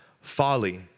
folly